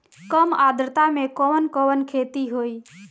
कम आद्रता में कवन कवन खेती होई?